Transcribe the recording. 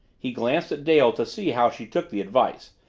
he glanced at dale to see how she took the advice,